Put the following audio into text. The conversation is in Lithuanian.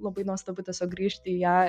labai nuostabu tiesiog grįžti į ją